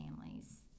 families